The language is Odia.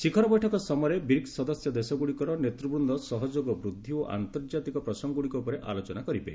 ଶିଖର ବୈଠକ ସମୟରେ ବ୍ରିକ୍ଲ ସଦସ୍ୟ ଦେଶ ଗୁଡ଼ିକର ନେତୃବୃନ୍ଦ ସହଯୋଗ ବୃଦ୍ଧି ଓ ଆନ୍ତର୍ଜାତିକ ପ୍ରସଙ୍ଗଗୁଡ଼ିକ ଉପରେ ଆଲୋଚନା କରିବେ